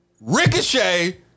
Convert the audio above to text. Ricochet